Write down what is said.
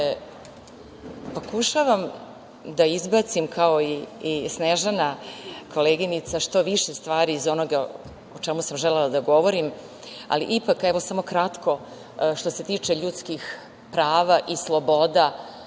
dobro. Pokušavam da izbacim kao i koleginica Snežana, što više stvari iz onoga o čemu sam želela da govorim, ali ipak evo samo kratko što se tiče ljudskih prava i sloboda,